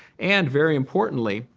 and very importantly,